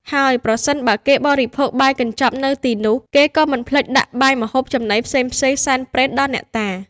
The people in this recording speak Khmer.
ហើយប្រសិនបើគេបរិភោគបាយកញ្ចប់នៅទីនោះ គេក៏មិនភ្លេចដាក់បាយម្ហូបចំណីផ្សេងៗសែនព្រេនដល់អ្នកតា។